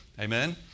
Amen